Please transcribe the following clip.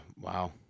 wow